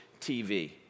TV